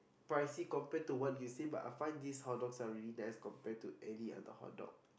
pricey compared to what you say but I find these hot dogs are really nice compared to any other hot dog